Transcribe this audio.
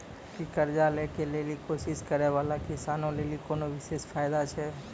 कि कर्जा लै के लेली कोशिश करै बाला किसानो लेली कोनो विशेष फायदा छै?